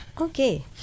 okay